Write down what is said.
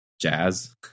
jazz